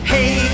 Hey